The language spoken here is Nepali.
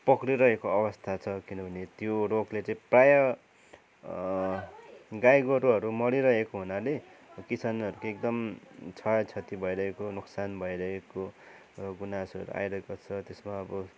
पकडि रहेको अवस्था छ किनभने त्यो रोगले चाहिँ प्रायः गाई गोरूहरू मरिरहेको हुनाले किसानहरूको एकदम क्षय क्षति भइरहेको नोकसान भइरहेको गुनासोहरू आइरहेको छ त्यसमा अब